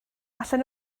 allan